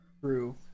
true